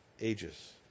ages